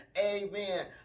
Amen